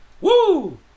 Woo